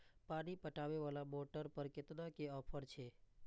पानी पटवेवाला मोटर पर केतना के ऑफर छे?